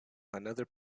another